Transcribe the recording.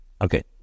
Okay